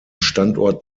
standort